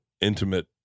intimate